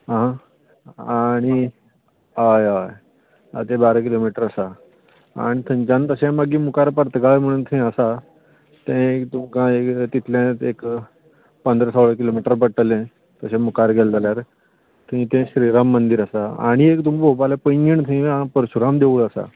आं आनी हय हय तें बारा किलोमिटर आसा आनी थंयच्यान तशें मागीर मुखार पर्तगाळ म्हण थंय आसा तें एक तुमकां एक तितलेंच एक पंदरां सोळा किलोमिटर पडटलें तशें मुखार गेलें जाल्यार आनी तें श्री राम मंदीर आसा आनी एक तुमकां पळोवपाक जाल्यार पैंगीण थंयी परशुराम देवूळ आसा